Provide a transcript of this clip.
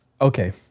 Okay